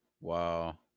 Wow